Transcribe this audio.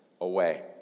away